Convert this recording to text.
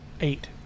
Eight